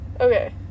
Okay